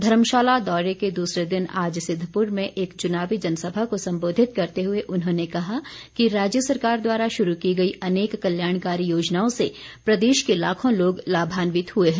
धर्मशाला दौरे के दूसरे दिन आज सिद्धपुर में एक चुनावी जनसभा को संबोधित करते हुए उन्होंने कहा कि राज्य सरकार द्वारा शुरू की गई अनेक कल्याणकारी योजनाओं से प्रदेश के लाखों लोग लभान्यित हुए हैं